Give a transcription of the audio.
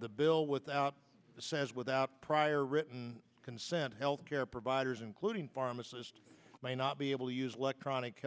the bill without says without prior written consent health care providers including pharmacist may not be able to use electronic